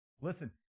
Listen